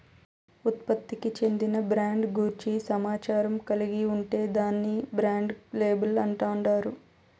ఉత్పత్తికి చెందిన బ్రాండ్ గూర్చి సమాచారం కలిగి ఉంటే దాన్ని బ్రాండ్ లేబుల్ అంటాండారు